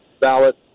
ballot